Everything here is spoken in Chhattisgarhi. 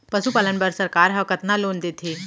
पशुपालन बर सरकार ह कतना लोन देथे?